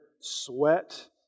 sweat